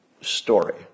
story